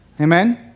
Amen